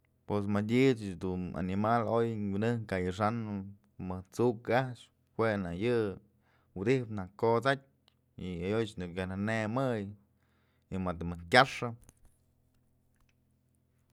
Pues madyë ëch animal oy wi'injëp oy ka ixanëp mëjk t'suk a'ax jue nak yë wëdyjpë nak kosatyë y ayoy nëkë yaj nënëmëy y madë mëjk kyaxë.